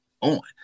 on